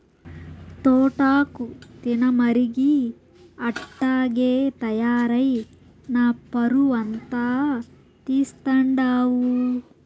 తోటాకు తినమరిగి అట్టాగే తయారై నా పరువంతా తీస్తండావు